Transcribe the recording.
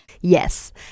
Yes